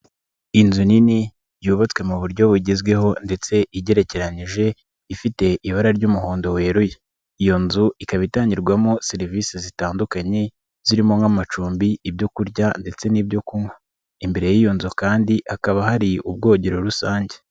Inzu nini yubatswe mu buryo bugezweho ndetse igerekeranije ifite ibara ry'umuhondo weruye, iyo nzu ikaba itangirwamo serivisi zitandukanye zirimo nk'amacumbi ibyo kurya ndetse n'ibyo kunywa, imbere y'iyo nzu kandi hakaba hari ubwogero rusange.